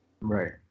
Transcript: right